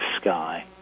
sky